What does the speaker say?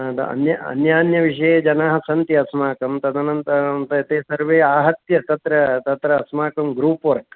अतः अन्यः अन्यान्यविषये जनाः सन्ति अस्माकं तदनन्तरं त ते सर्वे आहत्य तत्र तत्र अस्माकं ग्रूप् वर्क्